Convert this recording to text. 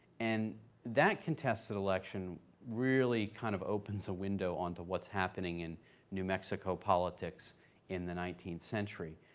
and that contested election really kind of opens a window onto what's happening in new mexico politics in the nineteenth century.